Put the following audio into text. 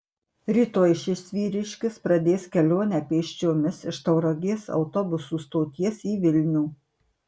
rytoj šis vyriškis pradės kelionę pėsčiomis iš tauragės autobusų stoties į vilnių